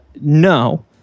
No